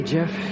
Jeff